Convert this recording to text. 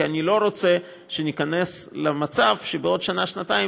כי אני לא רוצה שניכנס למצב שבעוד שנה-שנתיים